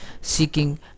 seeking